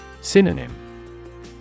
Synonym